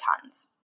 tons